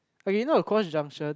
or you know to cross junction